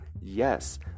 Yes